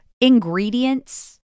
Ingredients